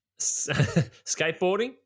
Skateboarding